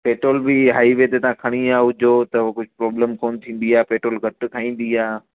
petrol बि highway ते तव्हां खणी विया हुजो त कुझु प्रॉब्लम कोनि थींदी आहे पैट्रोल घटि खाईंदी आहे